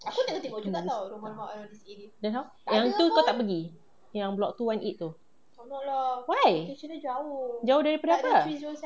then how yang tu kau tak pergi yang block two one eight tu why jauh daripada apa